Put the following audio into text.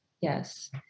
Yes